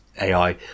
ai